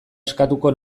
eskatuko